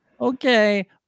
Okay